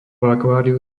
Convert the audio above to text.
akváriu